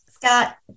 Scott